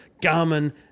Garmin